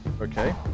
Okay